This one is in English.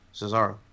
Cesaro